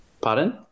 Pardon